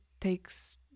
takes